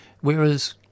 Whereas